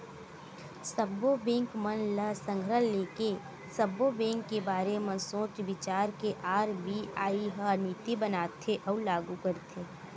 सब्बो बेंक मन ल संघरा लेके, सब्बो बेंक के बारे म सोच बिचार के आर.बी.आई ह नीति बनाथे अउ लागू करथे